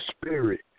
spirit